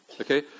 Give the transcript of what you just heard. Okay